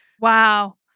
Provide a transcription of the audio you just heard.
Wow